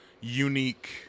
unique